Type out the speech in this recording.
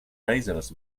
razors